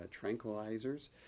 tranquilizers